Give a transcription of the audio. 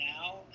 now